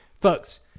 folks